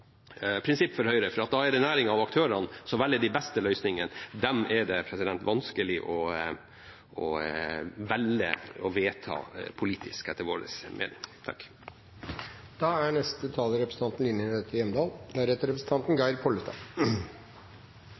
prinsipp for Høyre, for da er det næringen og aktørene som velger de beste løsningene, og dem er det etter vår mening vanskelig å velge å vedta politisk. Havbruksnæringen er